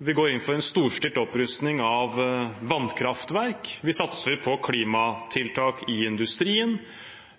vi går inn for en storstilt opprustning av vannkraftverk, vi satser på klimatiltak i industrien,